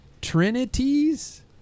Trinities